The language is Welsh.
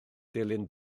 dilyn